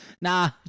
Nah